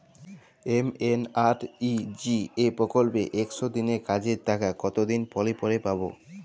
MNREGA প্রকল্পে একশ দিনের কাজের টাকা কতদিন পরে পরে পাব?